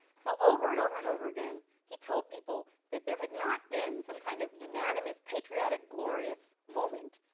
so over and over and over again, he told people that there had not been some kind of unanimous patriotic, glorious moment,